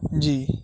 جی